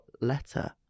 letter